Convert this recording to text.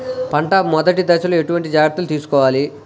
పంట మెదటి దశలో ఎటువంటి జాగ్రత్తలు తీసుకోవాలి?